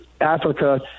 Africa